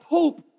Pope